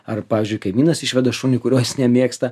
ar pavyzdžiui kaimynas išveda šunį kurio jis nemėgsta